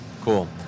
Cool